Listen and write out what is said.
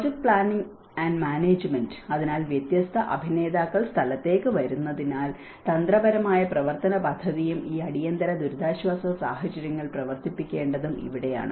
project planning and management അതിനാൽ വ്യത്യസ്ത അഭിനേതാക്കൾ സ്ഥലത്തേക്ക് വരുന്നതിനാൽ തന്ത്രപരമായ പ്രവർത്തന പദ്ധതിയും ഈ അടിയന്തര ദുരിതാശ്വാസ സാഹചര്യങ്ങൾ പ്രവർത്തിപ്പിക്കേണ്ടതും ഇവിടെയാണ്